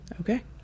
Okay